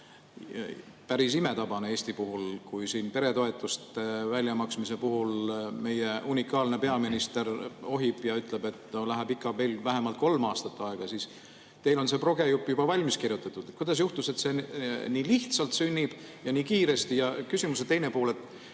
Päris imetabane Eesti kohta, kus peretoetuste väljamaksmise puhul meie unikaalne peaminister ohib ja ütleb, et läheb ikka veel vähemalt kolm aastat aega. Teil on see progejupp juba valmis kirjutatud. Kuidas juhtus, et see nii lihtsalt ja nii kiiresti sünnib? Ja küsimuse teine pool: ma